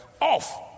Off